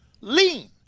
lean